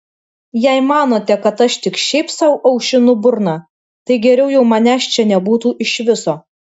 jei manote kad aš tik šiaip sau aušinu burną tai geriau jau manęs čia nebūtų iš viso